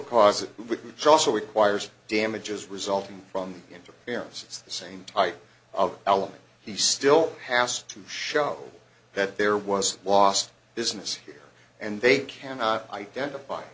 which also requires damages resulting from interference it's the same type of element he still has to show that there was lost business here and they cannot identify